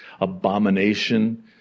abomination